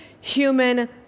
human